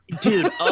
Dude